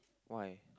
why